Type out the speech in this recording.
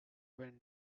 wind